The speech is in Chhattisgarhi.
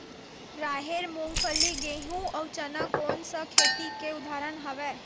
राहेर, मूंगफली, गेहूं, अउ चना कोन सा खेती के उदाहरण आवे?